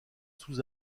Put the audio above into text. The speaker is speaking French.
sous